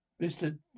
Mr